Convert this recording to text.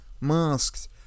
Masks